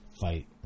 fight